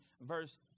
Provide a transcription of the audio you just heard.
verse